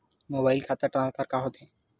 Mobile खाता transfer का होथे?